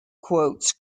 quotes